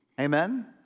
Amen